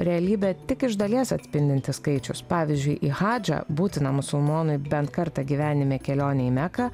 realybę tik iš dalies atspindintis skaičius pavyzdžiui į hadžą būtiną musulmonui bent kartą gyvenime kelionę į meką